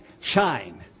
shine